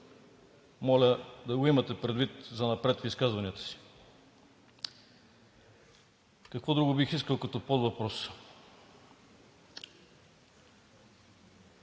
Моля да го имате предвид занапред в изказванията си. Какво друго бих искал като подвъпрос?